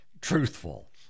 truthful